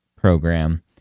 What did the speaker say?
program